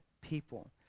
people